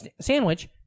sandwich